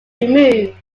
removed